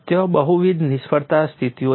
ત્યાં બહુવિધ નિષ્ફળતા સ્થિતિઓ છે